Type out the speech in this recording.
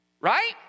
Right